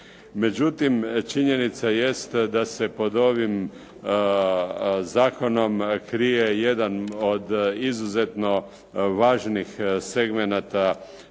Međutim, činjenica jeste da se pod ovim zakonom krije jedan od izuzetno važnih segmenata